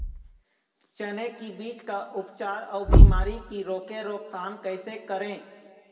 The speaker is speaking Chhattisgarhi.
चने की बीज का उपचार अउ बीमारी की रोके रोकथाम कैसे करें?